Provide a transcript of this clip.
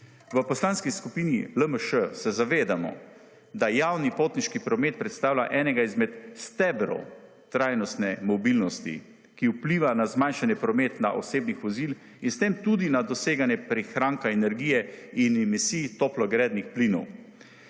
V Poslanski skupini LMŠ se zavedamo, da javni potniški promet predstavlja enega izmed stebrov trajnostne mobilnosti, ki vpliva na zmanjšanje promet na osebnih vozil in s tem tudi na doseganje prihranka energije in emisij toplogrednih plinov